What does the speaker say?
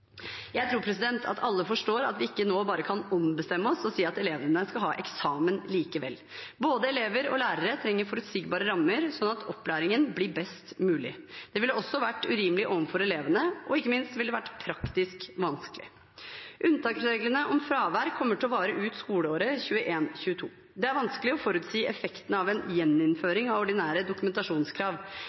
Jeg tror at alle forstår at vi nå ikke bare kan ombestemme oss og si at elevene skal ha eksamen likevel. Både elever og lærere trenger forutsigbare rammer, slik at opplæringen blir best mulig. Det ville også vært urimelig overfor elevene, og ikke minst ville det vært praktisk vanskelig. Unntaksreglene om fravær kommer til å vare ut skoleåret 2021–2022. Det er vanskelig å forutsi effekten av en gjeninnføring av ordinære dokumentasjonskrav.